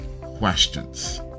questions